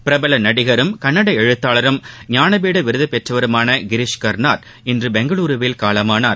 பிரபலநடிகரும் கன்னடஎழுத்தாளரும் ஞானபீடவிருது பெற்றவருமானகிரிஷ் கர்நாட் இன்றுபெங்களுருவில் காலமானார்